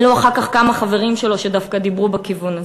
עלו אחר כך כמה חברים שלו שדווקא דיברו בכיוון הזה.